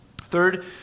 Third